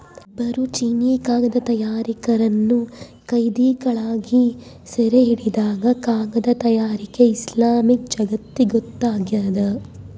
ಇಬ್ಬರು ಚೀನೀಕಾಗದ ತಯಾರಕರನ್ನು ಕೈದಿಗಳಾಗಿ ಸೆರೆಹಿಡಿದಾಗ ಕಾಗದ ತಯಾರಿಕೆ ಇಸ್ಲಾಮಿಕ್ ಜಗತ್ತಿಗೊತ್ತಾಗ್ಯದ